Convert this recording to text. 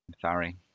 Sorry